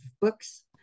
books